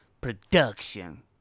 production